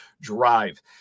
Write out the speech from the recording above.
drive